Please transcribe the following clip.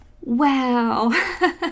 Wow